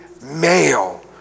male